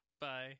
bye